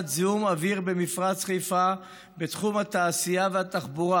זיהום אוויר במפרץ חיפה בתחום התעשייה והתחבורה,